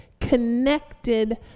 connected